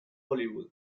hollywood